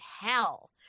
hell